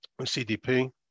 CDP